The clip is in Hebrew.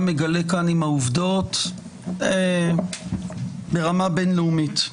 מגלה כאן עם העובדות היא ברמה בין-לאומית.